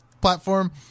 platform